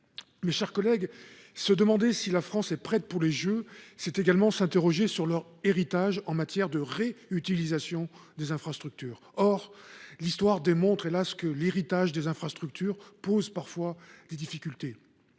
Mes chers collègues, se demander si la France est prête pour ces JO, c’est également s’interroger sur leur héritage en matière de réutilisation des infrastructures. Or l’histoire démontre, hélas ! que l’héritage des infrastructures pose parfois des difficultés.